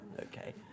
Okay